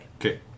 Okay